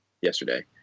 yesterday